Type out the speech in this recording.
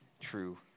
true